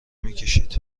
میکشید